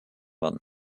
werden